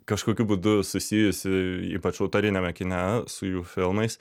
kažkokiu būdu susijusi ypač autoriniame kine su jų filmais